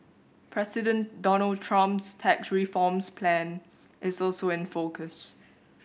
President Donald Trump's tax reforms plan is also in focus